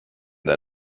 der